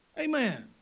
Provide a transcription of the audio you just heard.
Amen